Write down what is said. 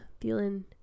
feeling